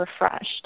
refreshed